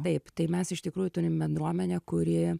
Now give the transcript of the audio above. taip tai mes iš tikrųjų turim bendruomenę kuri